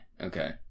Okay